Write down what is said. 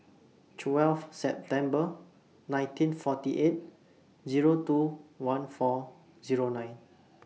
twelve September nineteen forty eight Zero two one four Zero nine